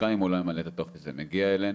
גם אם הוא לא ימלא את הטופס זה מגיע אלינו.